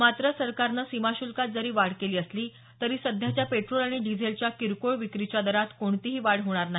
मात्र सरकारने सीमा शुल्कात जरी वाढ केली असली तरी सध्याच्या पेट्रोल आणि डिझेलच्या किरकोळ विक्रीच्या दरात कोणतीही वाढ होणार नाही